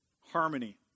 harmony